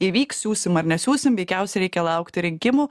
įvyks siųsim ar nesiųsim veikiausiai reikia laukti rinkimų